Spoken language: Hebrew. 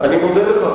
אני מודה לך,